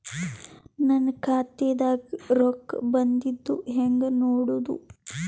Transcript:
ನನ್ನ ಖಾತಾದಾಗ ರೊಕ್ಕ ಬಂದಿದ್ದ ಹೆಂಗ್ ನೋಡದು?